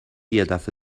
یدفعه